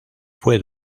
fue